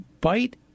bite